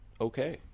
okay